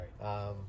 right